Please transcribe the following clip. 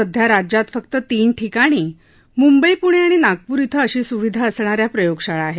सध्या राज्यात फक्त तीन ठिकाणी मंबई पृणे आणि नागपूर इथे अशी स्विधा असणाऱ्या प्रयोगशाळा आहेत